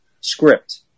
script